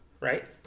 Right